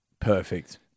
Perfect